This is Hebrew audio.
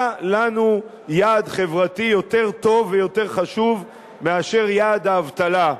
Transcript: מה לנו יעד חברתי יותר טוב ויותר חשוב מאשר יעד האבטלה?